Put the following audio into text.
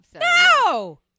No